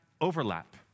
overlap